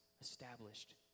established